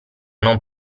non